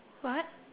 what